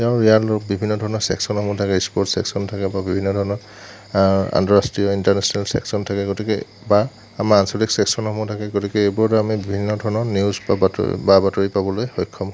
আৰু ইয়াৰ বিভিন্ন ধৰণৰ চেক্সনসমূহ থাকে স্পৰ্টছ চেক্সন থাকে বা বিভিন্ন ধৰণৰ আন্তঃৰাষ্ট্ৰীয় ইন্টাৰনেচনেল চেক্সন থাকে গতিকে বা আমাৰ আঞ্চলিক চেক্সনসমূহ থাকে গতিকে এইবোৰৰ দ্বাৰা আমি বিভিন্ন ধৰণৰ নিউজ বা বাতৰি বা বাতৰি পাবলৈ সক্ষম হওঁ